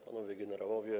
Panowie Generałowie!